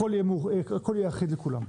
הכול יהיה אחיד לכולם,